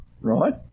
right